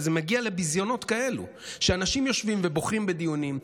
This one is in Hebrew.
וזה מגיע לביזיונות כאלה שאנשים יושבים ובוכים בדיונים,